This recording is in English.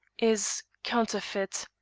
is counterfeit.